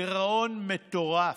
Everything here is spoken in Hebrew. גירעון מטורף,